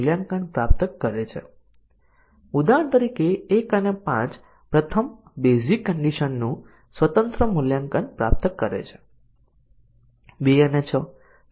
અહીં મુખ્ય વિચાર એ છે કે આપણે કન્ડિશન ના મહત્વપૂર્ણ સંયોજનનું ટેસ્ટીંગ કરવા માંગીએ છીએ